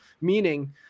meaning